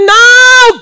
Now